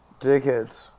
Dickheads